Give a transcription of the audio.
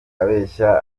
abeshya